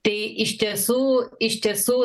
tai iš tiesų iš tiesų